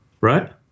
right